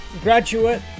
graduate